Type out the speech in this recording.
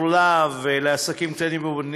יו"ר "להב" לעסקים קטנים ובינוניים,